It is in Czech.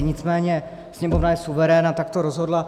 Nicméně Sněmovna je suverén a takto rozhodla.